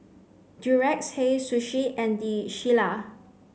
Durex Hei Sushi and The Shilla